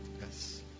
yes